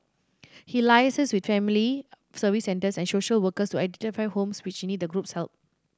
he liaises with family Service Centres and social workers to identify homes which need the group's help